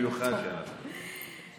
במיוחד כשאנחנו מאותה מפלגה.